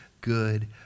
good